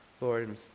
Lord